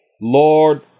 Lord